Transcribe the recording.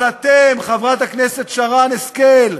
אבל אתם, חברת הכנסת שרן השכל,